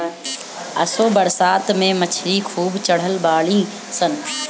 असो बरसात में मछरी खूब चढ़ल बाड़ी सन